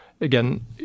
again